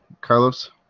Carlos